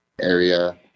area